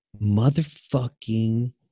motherfucking